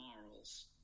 morals